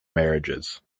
marriages